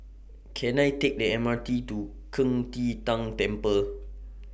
Can I Take The M R T to Qing De Tang Temple